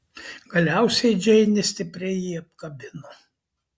galiausiai džeinė stipriai jį apkabino